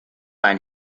ein